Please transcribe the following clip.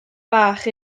fach